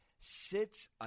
sits